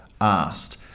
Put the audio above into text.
asked